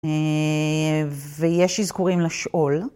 ויש אזכורים לשאול.